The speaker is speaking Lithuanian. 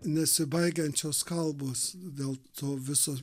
nesibaigiančios kalbos dėl to viso